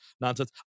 nonsense